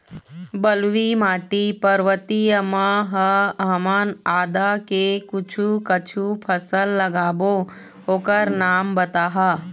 बलुई माटी पर्वतीय म ह हमन आदा के कुछू कछु फसल लगाबो ओकर नाम बताहा?